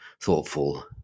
thoughtful